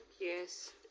Yes